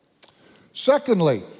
Secondly